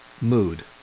mood